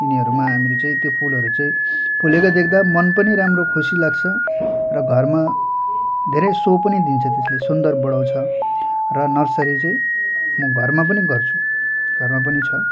यिनीहरूमा हामीले चाहिँ त्यो फुलहरू चाहिँ फुलेको देख्दा मन पनि राम्रो खुसी लाग्छ र घरमा धेरै सो पनि दिन्छ त्यसले सुन्दर बढाउँछ र नर्सरी चाहिँ म घरमा पनि गर्छु घरमा पनि छ